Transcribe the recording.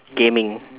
gaming